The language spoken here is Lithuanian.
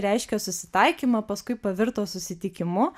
reiškė susitaikymą paskui pavirto susitikimu